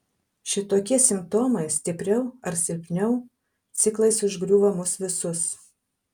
šitokie simptomai stipriau ar silpniau ciklais užgriūva mus visus